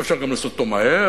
ואפשר גם לעשות אותו מהר,